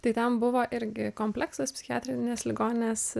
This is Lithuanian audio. tai ten buvo irgi kompleksas psichiatrinės ligoninės